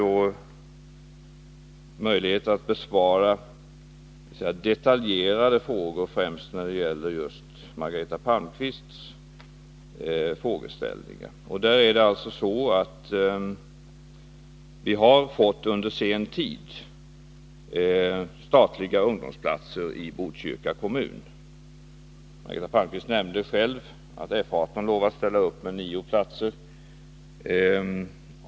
Först till Margareta Palmqvists frågeställningar. Vi har under sen tid fått statliga ungdomsplatser i Botkyrka kommun. Margareta Palmqvist nämnde själv att F 18 har lovat ställa upp med nio platser.